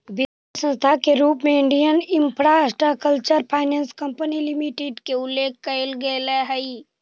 वित्तीय संस्था के रूप में Indian infrastructure finance company limited के उल्लेख कैल गेले हइ